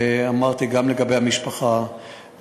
אמרתי גם לגבי המשפחה,